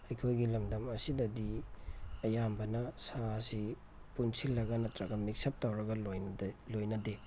ꯑꯩꯈꯣꯏꯒꯤ ꯂꯝꯗꯝ ꯑꯁꯤꯗꯗꯤ ꯑꯌꯥꯝꯕꯅ ꯁꯥ ꯑꯁꯤ ꯄꯨꯟꯁꯤꯟꯂꯒ ꯅꯠꯇ꯭ꯔꯒ ꯃꯤꯛꯁ ꯑꯞ ꯇꯧꯔꯒ ꯂꯣꯏꯅꯗꯦ